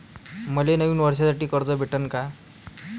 मले नवीन वर्षासाठी कर्ज भेटन का?